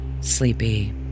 sleepy